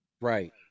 Right